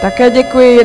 Také děkuji.